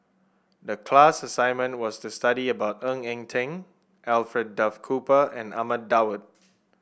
the class assignment was to study about Ng Eng Teng Alfred Duff Cooper and Ahmad Daud